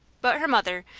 but her mother,